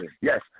Yes